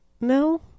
No